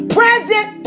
Present